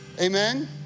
Amen